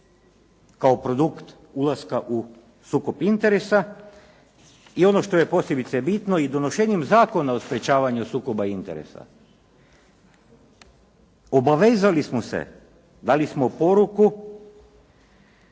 kao produkt ulaska u sukob interesa. I ono što je posebice bitno i donošenjem Zakona o sprječavanju sukoba interesa. Obavezali smo se, dali smo poruku